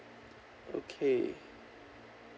okay